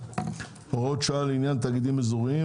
- הוראות שונות לעניין תאגידים אזוריים),